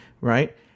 Right